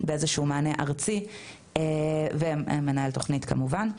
באיזה שהוא מענה ארצי ומנהל תוכנית כמובן.